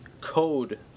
code